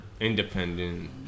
independent